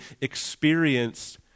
experienced